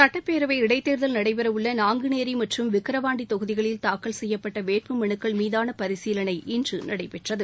சட்டப்பேரவை இடைத்தேர்தல் நடைபெறஉள்ள நாங்குநேரிமற்றும் விக்கிரவாண்டிதொகுதிகளில் தாக்கல் செய்யப்பட்டவேட்பு மனுக்கள் மீதானபரிசீலனை இன்றுநடைபெற்றது